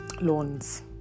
loans